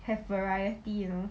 have variety you know